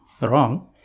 wrong